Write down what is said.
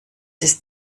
ist